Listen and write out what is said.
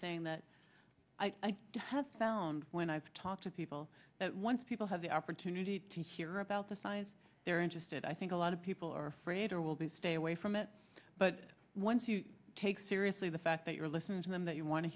saying that i have found when i talk to people that once people have the opportunity to hear about the science they're interested i think a lot of people are afraid or will be stay away from it but once you take seriously the fact that you're listening to them that you want to